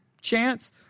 chance